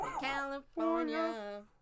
California